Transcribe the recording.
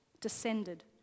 Descended